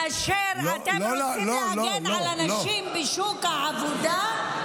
כאשר אתם רוצים להגן על הנשים בשוק העבודה,